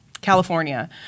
California